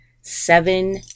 seven